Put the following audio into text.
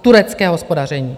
Turecké hospodaření!